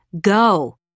go